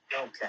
Okay